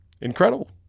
Incredible